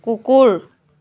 কুকুৰ